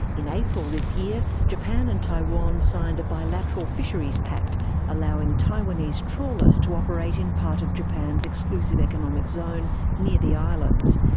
in april this year, japan and taiwan signed a bilateral fisheries pact allowing taiwanese trawlers to operate in part of japan's exclusive economic zone near the islands,